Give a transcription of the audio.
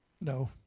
no